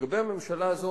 שלגבי הממשלה הזו